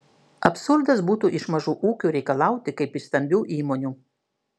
absurdas būtų iš mažų ūkių reikalauti kaip iš stambių įmonių